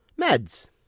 Meds